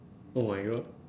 oh my god